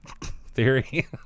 theory